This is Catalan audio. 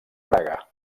braga